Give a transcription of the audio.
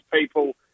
people